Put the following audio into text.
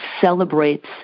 celebrates